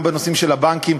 גם בנושאים של הבנקים,